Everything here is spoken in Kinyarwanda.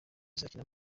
izakina